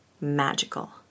magical